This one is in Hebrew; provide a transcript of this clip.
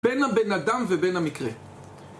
בין הבן אדם ובין המקרה